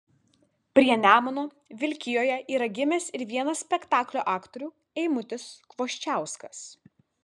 prie nemuno vilkijoje yra gimęs ir vienas spektaklio aktorių eimutis kvoščiauskas